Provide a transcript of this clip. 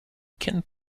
can